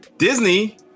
Disney